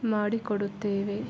ಮಾಡಿ ಕೊಡುತ್ತೇವೆ